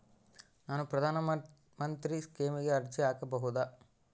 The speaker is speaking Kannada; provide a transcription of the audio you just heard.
ನಾನು ಪ್ರಧಾನ ಮಂತ್ರಿ ಸ್ಕೇಮಿಗೆ ಅರ್ಜಿ ಹಾಕಬಹುದಾ?